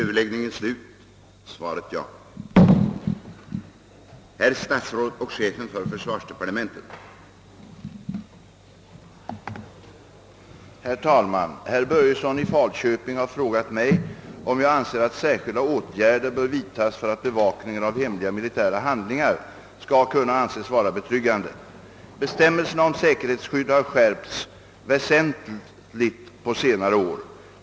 Herr talman! Herr Börjesson i Falköping har frågat mig om jag anser att särskilda åtgärder bör vidtagas för att bevakningen av hemliga militära handlingar skall kunna anses vara betryggande. Bestämmelserna om säkerhetsskydd har skärpts väsentligt på senare år.